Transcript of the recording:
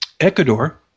Ecuador